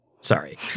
Sorry